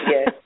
Yes